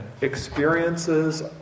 experiences